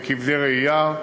לכבדי ראייה,